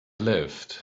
lived